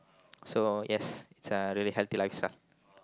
so yes it's a really healthy lifestyle